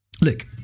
look